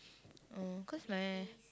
ah cause my